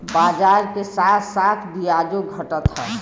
बाजार के साथ साथ बियाजो घटत हौ